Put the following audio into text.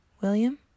William